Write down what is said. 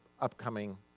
upcoming